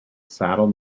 saddle